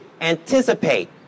anticipate